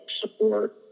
support